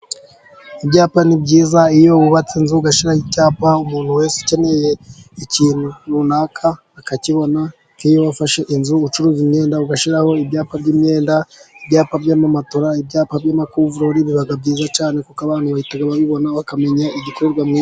Ibyapa ni byiza, iyo wubatse inzu ugashyiraho icyapa, umuntu wese ukeneye ikintu runaka akakibona, iyo wafashe inzu yo gucuruza imyenda ugashyiraho ibyapa by'imyenda, ibyapa byamamatora, ibyapa by'amakumvureri, biba byiza cyane kuko abantu bahita babibona, bakamenya igikorerwa mu iduka.